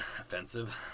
offensive